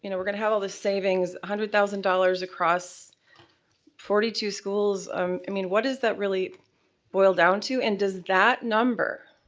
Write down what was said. you know we're gonna have all the savings, one hundred thousand dollars across forty two schools um i mean, what does that really boil down to? and does that number